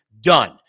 done